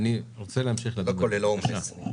לא מספיק שיהיה רק בעיר שדרות,